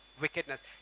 wickedness